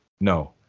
No